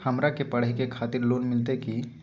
हमरा के पढ़े के खातिर लोन मिलते की?